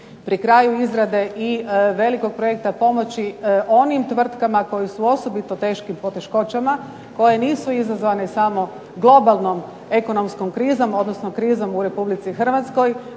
pri kraju izrade i velikog projekta pomoći onim tvrtkama koje su u osobito teškim poteškoćama, koje nisu izazvane samo globalnom ekonomskom krizom odnosno krizom u Republici Hrvatskoj